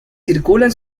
circulan